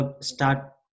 start